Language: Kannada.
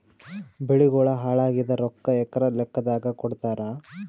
ಬೆಳಿಗೋಳ ಹಾಳಾಗಿದ ರೊಕ್ಕಾ ಎಕರ ಲೆಕ್ಕಾದಾಗ ಕೊಡುತ್ತಾರ?